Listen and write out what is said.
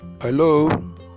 hello